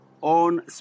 on